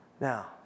Now